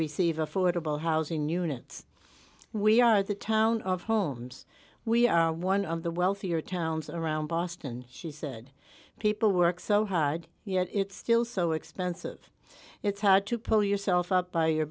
receive affordable housing units we are the town of homes we are one of the wealthier towns around boston she said people work so hard yet it's still so expensive it's hard to pull yourself up by your